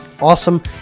awesome